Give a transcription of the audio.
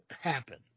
happen